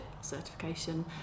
Certification